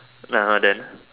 (uh huh) then